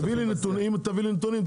אם תביא לי נתונים,